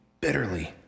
bitterly